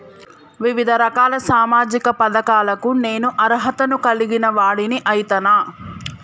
వివిధ రకాల సామాజిక పథకాలకు నేను అర్హత ను కలిగిన వాడిని అయితనా?